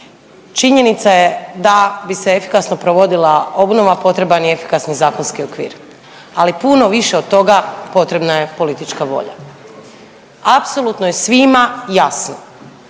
činjenica je da bi se efikasno provodila obnova potreban je efikasni zakonski okvir, ali puno više od toga potrebna je politička volja. Apsolutno je svima jasno,